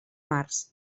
març